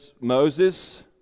Moses